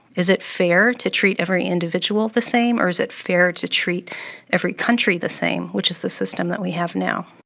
is it fair to treat every individual the same, or is it fair to treat every country the same, which is the system that we have now?